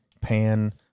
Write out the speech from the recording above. pan